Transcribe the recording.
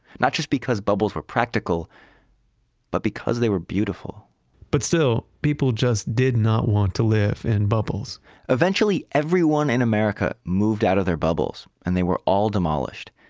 not just because bubbles were practical but because they were beautiful but still, people just did not want to live in bubbles eventually, everyone in america moved out of their bubbles. and they were all demolished.